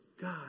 God